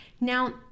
Now